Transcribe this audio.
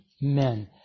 men